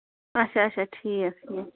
اَچھا اَچھا ٹھیٖک ٹھیٖک